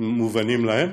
מובנים להם.